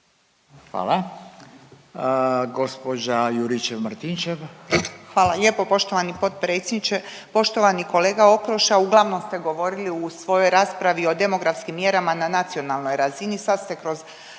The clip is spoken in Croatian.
Branka (HDZ)** Hvala lijepo poštovani potpredsjedniče. Poštovani kolega Okroša uglavnom ste govorili u svojoj raspravi o demografskim mjerama na nacionalnoj razini. Sad ste kroz